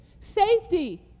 Safety